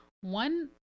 One